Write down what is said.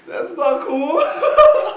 that's not cool